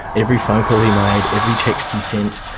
every phone call he made, every text he sent,